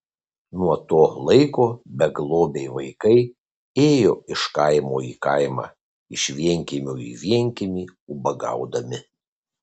nuo to laiko beglobiai vaikai ėjo iš kaimo į kaimą iš vienkiemio į vienkiemį ubagaudami